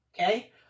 Okay